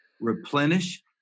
Replenish